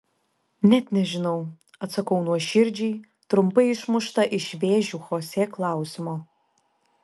net nežinau atsakau nuoširdžiai trumpai išmušta iš vėžių chosė klausimo